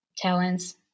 Talents